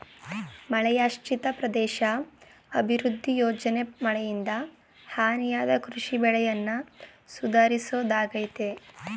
ಮಳೆಯಾಶ್ರಿತ ಪ್ರದೇಶ ಅಭಿವೃದ್ಧಿ ಯೋಜನೆ ಮಳೆಯಿಂದ ಹಾನಿಯಾದ ಕೃಷಿ ಬೆಳೆಯನ್ನ ಸುಧಾರಿಸೋದಾಗಯ್ತೆ